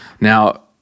Now